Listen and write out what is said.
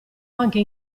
anche